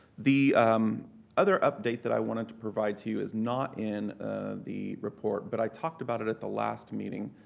the other update that i wanted to provide to you is not in the report, but i talked about it at the last meeting,